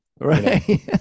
Right